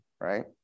Right